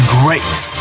grace